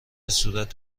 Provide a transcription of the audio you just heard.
صورت